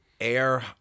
air